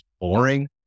boring